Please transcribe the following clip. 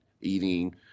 eating